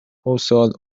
postal